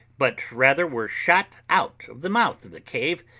but rather were shot out of the mouth of the cave,